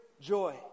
joy